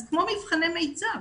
אז כמו מבחני מיצ"ב,